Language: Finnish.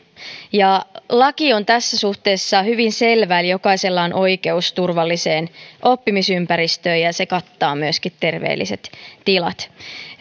laki on tässä suhteessa hyvin selvä eli jokaisella on oikeus turvalliseen oppimisympäristöön ja se kattaa myöskin terveelliset tilat